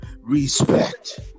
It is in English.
respect